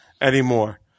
anymore